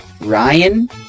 Ryan